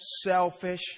selfish